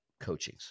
coachings